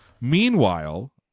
Meanwhile